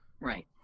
Right